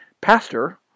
pastor